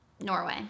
Norway